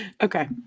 Okay